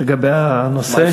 לגבי הנושא?